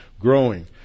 growing